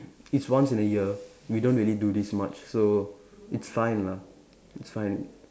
it's once in a year we don't really do this much so it's fine lah it's fine